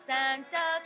Santa